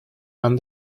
van